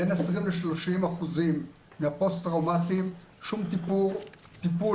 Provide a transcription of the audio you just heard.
בין 20% ל-20% מהפוסט טראומטיים שום טיפול